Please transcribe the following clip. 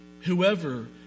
Whoever